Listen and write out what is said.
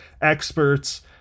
experts